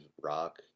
rock